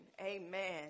amen